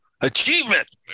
Achievement